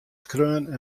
skreaun